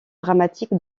dramatique